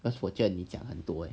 cause 我觉得你讲很多 leh